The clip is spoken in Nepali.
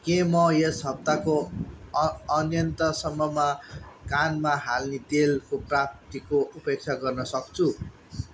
के म यस हप्ताको अ अन्त्यसम्ममा कानमा हाल्ने तेलको प्राप्तिको उपेक्षा गर्न सक्छु